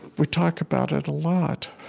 we talk about it a lot.